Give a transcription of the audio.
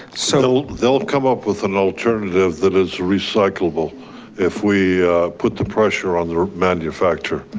so, they'll come up with an alternative that is recyclable if we put the pressure on the manufacturer?